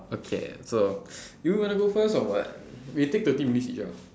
okay so do you want to go first or what we take thirty minutes each ah